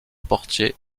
portier